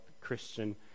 Christian